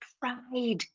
pride